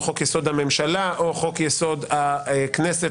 חוק יסוד: הממשלה או חוק יסוד: הכנסת,